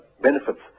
benefits